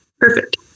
Perfect